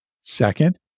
Second